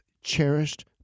cherished